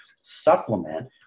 supplement